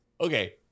okay